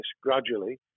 gradually